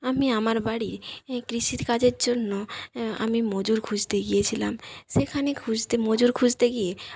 আমি আমার বাড়ির কৃষির কাজের জন্য আমি মজুর খুঁজতে গিয়েছিলাম সেখানে খুঁজতে মজুর খুঁজতে গিয়ে